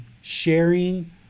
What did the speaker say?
sharing